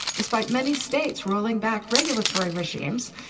despite many states rolling back regulatory regimes.